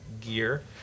gear